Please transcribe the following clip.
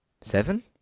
seven